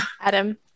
Adam